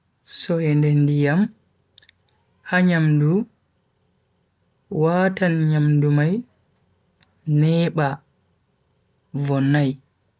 Soinde ndiyam ha nyamdu watan nyamdu mai neba vonnai.